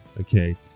Okay